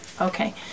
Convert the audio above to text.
okay